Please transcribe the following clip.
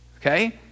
okay